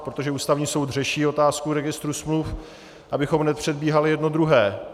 Protože Ústavní soud řeší otázku registru smluv, abychom nepředbíhali jedno druhé.